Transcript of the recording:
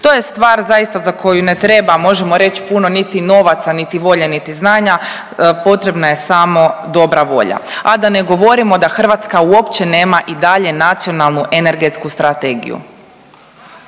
To je stvar zaista za koju ne treba možemo reć puno niti novaca, niti volje, niti znanja, potrebna je samo dobra volja, a da ne govorimo da Hrvatska uopće nema i dalje Nacionalnu energetsku strategiju.